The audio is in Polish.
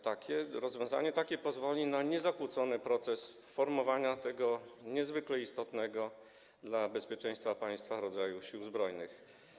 Takie rozwiązanie pozwoli na niezakłócony proces formowania tego niezwykle istotnego dla bezpieczeństwa państwa rodzaju Sił Zbrojnych.